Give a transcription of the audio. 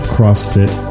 CrossFit